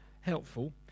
helpful